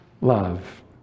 love